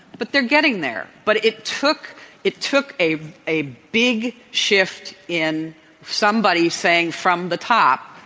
but they're getting there. but it took it took a a big shift in somebody saying, from the top,